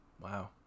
Wow